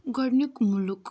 گۄڈٕنیٛک مُلک